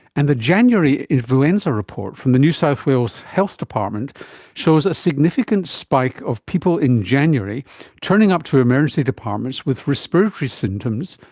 and the january influenza report from the new south wales health department shows a significant spike of people in january turning up to emergency departments with respiratory symptoms,